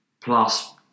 plus